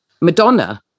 Madonna